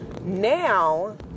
Now